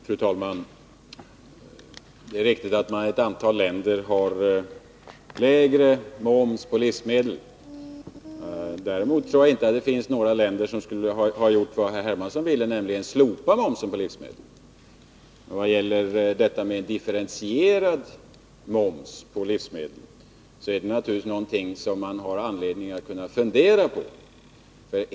Fru talman! Det är riktigt att man i ett antal länder har lägre moms på livsmedel. Däremot tror jag inte att det finns några länder som har gjort vad herr Hermansson ville, nämligen slopat momsen på livsmedel. Differentierad moms på livsmedel är naturligtvis någonting som man har anledning att fundera på.